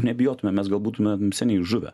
nebijotu me mes gal būtume seniai žuvę